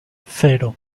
cero